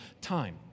time